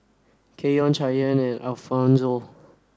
Kenyon Cheyenne and Alfonzo